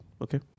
Okay